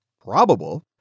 probable